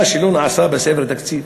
מה שלא נעשה בספר התקציב.